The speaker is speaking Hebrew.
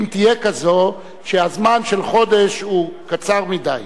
אם תהיה כזאת, שהזמן של חודש הוא קצר מדי,